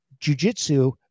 jujitsu